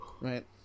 right